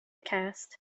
cast